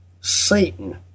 Satan